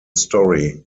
story